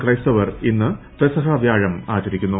ക്രൈസ്തവർ ഇന്ന് പെസഹ വ്യാഴം ആചരിക്കുന്നു